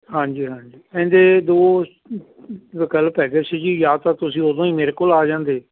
ਹਾਂਜੀ ਹਾਂਜੀ ਇਹਦੇ ਦੋ ਕਲ ਪੈ ਗਏ ਸੀ ਜੀ ਜਾਂ ਤਾਂ ਤੁਸੀਂ ਉਦੋਂ ਹੀ ਮੇਰੇ ਕੋਲ ਆ ਜਾਂਦੇ